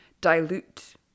dilute